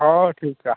ᱦᱮᱸ ᱴᱷᱤᱠᱼᱟ